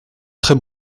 très